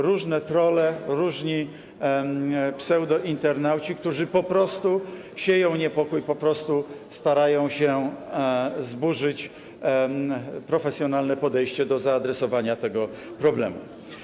Różne trolle, różni pseudointernauci po prostu sieją niepokój, po prostu starają się zburzyć profesjonalne podejście do zaadresowania tego problemu.